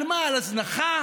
על מה, על הזנחה?